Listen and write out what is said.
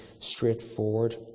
straightforward